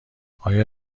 آیا